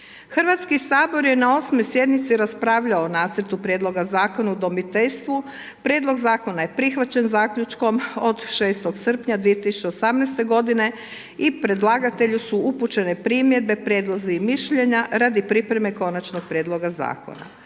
Hrvatski sabor je na 8. sjednici raspravljao o nacrtu prijedloga Zakona o udomiteljstvu, prijedlog zakona je prihvaćen zaključkom od 6. srpnja 2018. godine i predlagatelju su upućene primjedbe, prijedlozi i mišljenja radi pripreme konačnog prijedloga zakona.